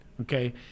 okay